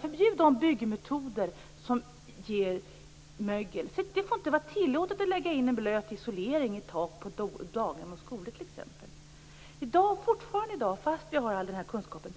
Förbjud byggmetoder som ger mögel. Det får inte vara tillåtet att lägga in en blöt isolering på tak i daghem och skolor. Fastän vi har all den här kunskapen